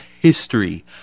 history